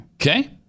Okay